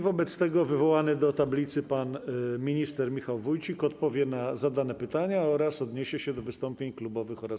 Wobec tego wywołany do tablicy pan minister Michał Wójcik odpowie na zadane pytania oraz odniesie się do wystąpień klubowych oraz